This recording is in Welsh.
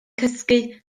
cysgu